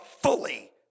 fully